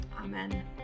Amen